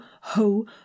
ho